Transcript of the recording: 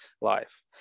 life